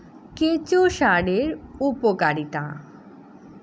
কেঁচো সারের উপকারিতা?